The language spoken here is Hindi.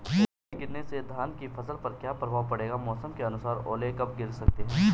ओले गिरना से धान की फसल पर क्या प्रभाव पड़ेगा मौसम के अनुसार ओले कब गिर सकते हैं?